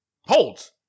holds